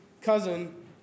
cousin